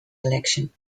election